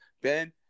Ben